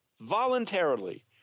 voluntarily